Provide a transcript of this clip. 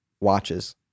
watches